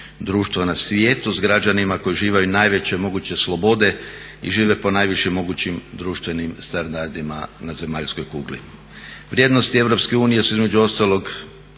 društvo na svijetu s građanima koji uživaju najveće moguće slobode i žive po najvišim mogućim društvenim standardima na zemaljskoj kugli. Vrijednosti EU su između ostalog